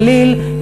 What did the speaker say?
בגליל,